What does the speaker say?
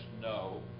No